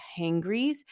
hangries